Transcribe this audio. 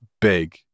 big